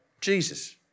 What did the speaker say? Jesus